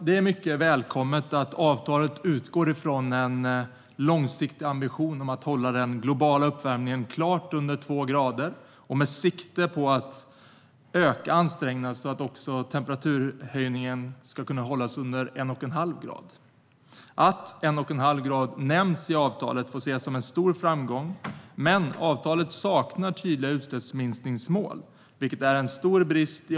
Det är mycket välkommet att avtalet utgår från en långsiktig ambition att hålla den globala uppvärmningen klart under två grader och med sikte att öka ansträngningarna så att temperaturhöjningen ska kunna hållas under en och en halv grad. Att en och en halv grad nämns i avtalet får ses som en stor framgång. Dock saknar avtalet tydliga utsläppsminskningsmål, vilket är en stor brist.